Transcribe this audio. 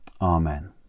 Amen